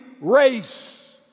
race